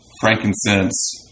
frankincense